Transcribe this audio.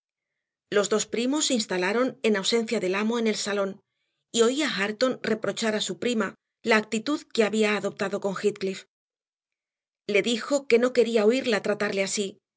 los dos primos se instalaron en ausencia del amo en el salón y oí a hareton reprochar a su prima la actitud que había adoptado con heathcliff le dijo que no quería oírla tratarle así